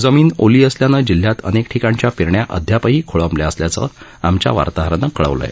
जमीन ओली असल्यानं जिल्ह्यात अनेक ठिकाणच्या पेरण्या अद्यापही खोळंबल्या असल्याचंही आमच्या वार्ताहरानं कळवलं आहे